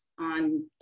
on